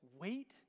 wait